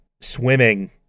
swimming